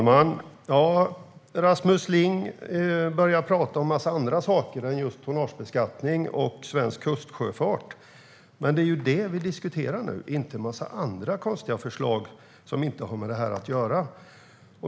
Fru talman! Rasmus Ling börjar tala om en massa andra saker än just tonnagebeskattning och svensk kustsjöfart. Men det är ju det vi diskuterar nu och inte en massa andra konstiga förslag som inte har med detta att göra.